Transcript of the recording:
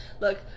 Look